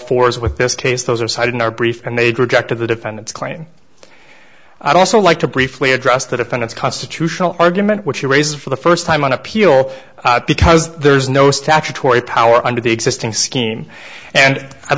fours with this case those are cited in our brief and they've rejected the defendant's claim i'd also like to briefly address the defendant's constitutional argument which he raises for the first time on appeal because there is no statutory power under the existing scheme and i'd